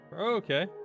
Okay